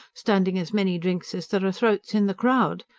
standing as many drinks as there are throats in the crowd,